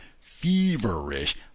feverish